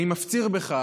אני מפציר בך